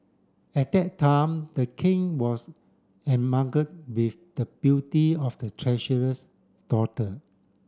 at that time the king was with the beauty of the treasurer's daughter